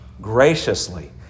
graciously